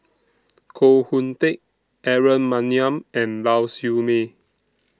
Koh Hoon Teck Aaron Maniam and Lau Siew Mei